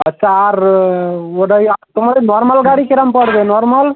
আচ্ছা আর ওটাই আর তোমার নর্মাল গাড়ি কীরম পড়বে নর্মাল